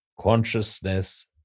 Consciousness